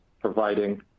providing